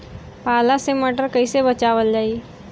पाला से मटर कईसे बचावल जाई?